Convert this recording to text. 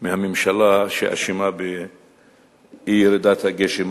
מהממשלה שאשמה באי-ירידת הגשם.